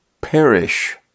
perish